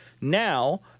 Now